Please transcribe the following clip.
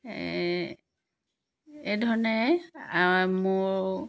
এই এই ধৰণে মোৰ